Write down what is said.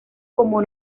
con